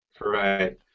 Right